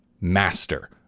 master